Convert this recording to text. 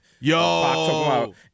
Yo